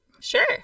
Sure